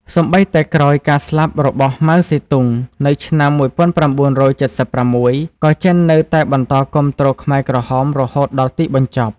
សូម្បីតែក្រោយការស្លាប់របស់ ម៉ៅ សេទុង នៅឆ្នាំ១៩៧៦ ក៏ចិននៅតែបន្តគាំទ្រខ្មែរក្រហមរហូតដល់ទីបញ្ចប់។